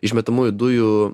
išmetamųjų dujų